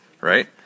right